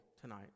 tonight